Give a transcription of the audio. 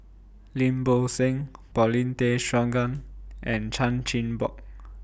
Lim Bo Seng Paulin Tay Straughan and Chan Chin Bock